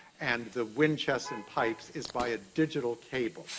and the wind chest and pipes is by a digital cable.